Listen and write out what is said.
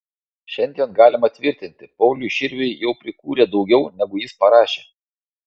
šiandien galima tvirtinti pauliui širviui jau prikūrė daugiau negu jis parašė